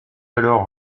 alors